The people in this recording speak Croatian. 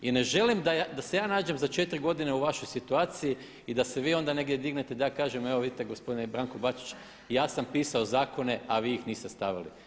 I ne želim da se ja nađem za četiri godine u vašoj situaciji i da se vi onda negdje dignete i da ja kažem evo vidite gospodine Branko Bačić ja sam pisao zakone, a vi ih niste stavili.